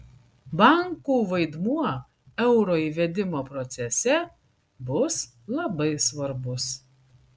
bankų vaidmuo euro įvedimo procese bus labai svarbus